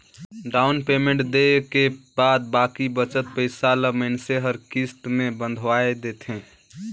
down payment देय के बाद बाकी बचत पइसा ल मइनसे हर किस्त में बंधवाए देथे